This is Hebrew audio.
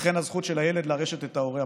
וכן בזכות של הילד לרשת את ההורה הפוגע.